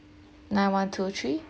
nine one two three